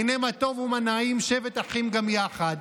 הינה מה טוב ומה נעים שבת אחים גם יחד,